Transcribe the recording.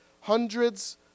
hundreds